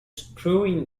screwing